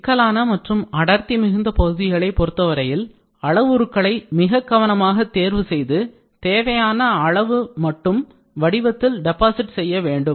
சிக்கலான மற்றும் அடர்த்தி மிகுந்த பகுதிகளை பொருத்தவரையில் அளவுருகளை மிக கவனமாக தேர்வு செய்து தேவையான அளவு மற்றும் வடிவத்தில் டெபாசிட் செய்ய வேண்டும்